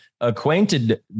acquainted